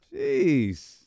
Jeez